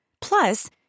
Plus